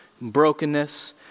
brokenness